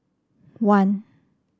one